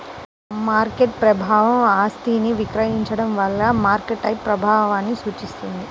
market ప్రభావం ఆస్తిని విక్రయించడం వల్ల మార్కెట్పై ప్రభావాన్ని సూచిస్తుంది